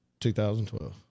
2012